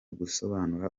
gusobanura